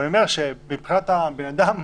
אני אומר שמבחינת האדם,